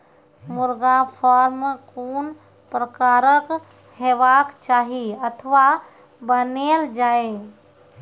मुर्गा फार्म कून प्रकारक हेवाक चाही अथवा बनेल जाये?